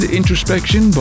Introspection